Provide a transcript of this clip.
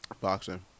boxing